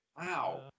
Wow